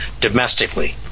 domestically